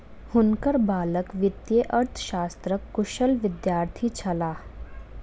हुनकर बालक वित्तीय अर्थशास्त्रक कुशल विद्यार्थी छलाह